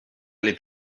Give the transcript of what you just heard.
alle